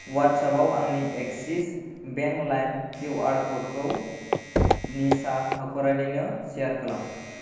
अवाट्सएपआव आंनि Axis bank लाइम QR क'डखौ निसा हाख'रारिनो सेयार खालाम